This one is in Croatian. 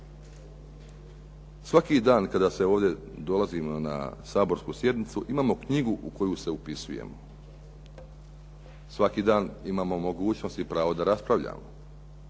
Svaki dan kada ovdje dolazimo na saborsku sjednicu imamo knjigu u koju se upisujemo, svaki dan imamo mogućnost i pravo da raspravljamo.